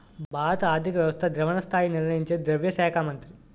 భారత ఆర్థిక వ్యవస్థ ద్రవణ స్థాయి నిర్ణయించేది ద్రవ్య శాఖ మంత్రి